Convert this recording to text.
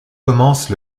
commence